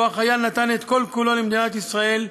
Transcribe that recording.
שבו החייל נתן את כל כולו למדינת ישראל,